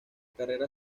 carrera